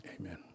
Amen